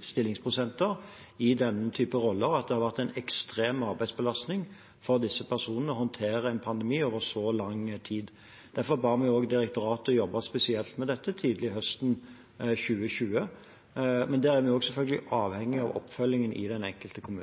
stillingsprosenter i den typen roller, og at det har vært en ekstrem arbeidsbelastning for disse personene å håndtere en pandemi over så lang tid. Derfor ba vi direktoratet jobbe spesielt med dette tidlig høsten 2020. Der er vi selvfølgelig avhengig av oppfølgingen i den